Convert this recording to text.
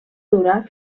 durar